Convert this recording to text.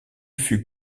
fut